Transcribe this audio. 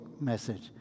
message